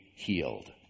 Healed